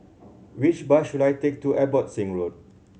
which bus should I take to Abbotsingh Road